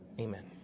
Amen